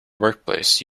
workplace